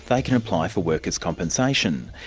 they can apply for workers' compensation.